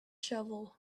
shovel